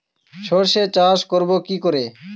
সর্ষে চাষ করব কি করে?